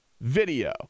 video